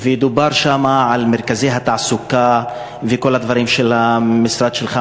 ודובר שם על מרכזי התעסוקה וכל הדברים של המשרד שלך,